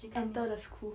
enter the school